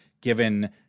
given